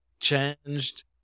changed